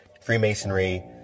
Freemasonry